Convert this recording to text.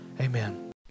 Amen